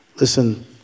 Listen